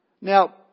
Now